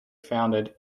founded